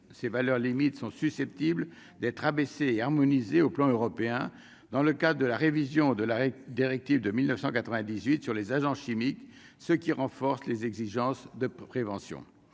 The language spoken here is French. ces valeurs limites sont susceptibles d'être abaissé et harmonisées au plan européen, dans le cas de la révision de la directive de 1998 sur les agents chimiques, ce qui renforce les exigences de prévention,